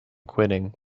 quitting